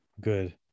Good